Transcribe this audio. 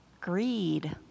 greed